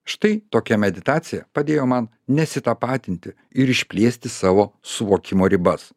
štai tokia meditacija padėjo man nesitapatinti ir išplėsti savo suvokimo ribas